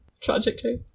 tragically